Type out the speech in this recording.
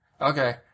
Okay